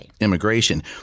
immigration